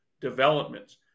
developments